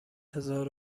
هزار